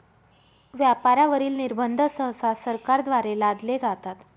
व्यापारावरील निर्बंध सहसा सरकारद्वारे लादले जातात